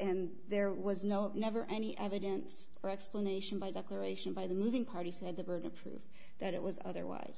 and there was no never any evidence or explanation by declaration by the moving parties who had the burden of proof that it was otherwise